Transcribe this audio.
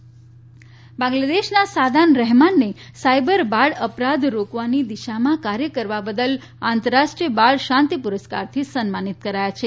cyber પુરસ્કાર બાંગ્લાદેશના સાદાન રહેમાનને સાયબર બાળ અપરાધ રોકવાની દિશામાં કાર્ય કરવા બદલ આંતરરાષ્ટ્રીય બાળ શાંતિ પુરસ્કારથી સન્માનિત કરાયા છે